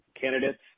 candidates